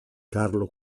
carlo